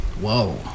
Whoa